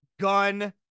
gun